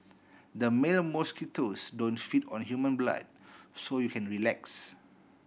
the male mosquitoes don't feed on human blood so you can relax